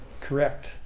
Correct